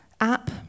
app